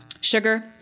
sugar